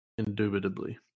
Indubitably